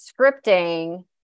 scripting